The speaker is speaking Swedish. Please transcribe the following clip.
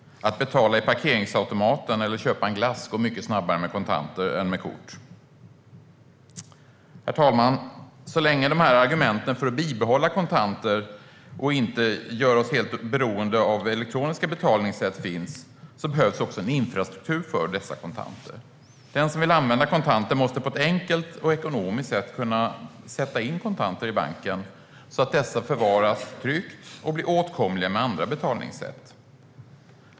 Att betala i parkeringsautomaten eller köpa en glass går mycket snabbare med kontanter än med kort. Herr talman! Så länge de här argumenten finns för att bibehålla kontanter och inte göra oss helt beroende av elektroniska betalningssätt behövs också en infrastruktur för dessa kontanter. Den som vill använda kontanter måste på ett enkelt och ekonomiskt sätt kunna sätta in kontanter i banken, så att dessa förvaras tryggt och blir åtkomliga med andra betalningssätt.